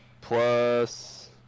plus